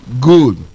good